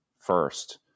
first